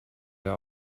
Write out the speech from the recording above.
der